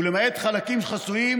ולמעט חלקים חסויים,